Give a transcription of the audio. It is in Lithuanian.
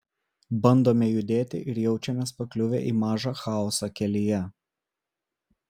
bandome judėti ir jaučiamės pakliuvę į mažą chaosą kelyje